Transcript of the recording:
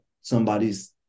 somebody's